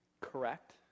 correct